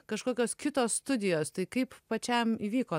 kažkokios kitos studijos tai kaip pačiam įvyko